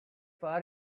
far